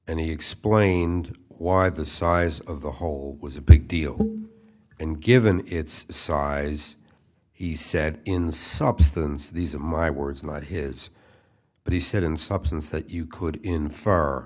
and he explained why the size of the hole was a big deal and given its size he said in substance these are my words not his but he said in substance that you could in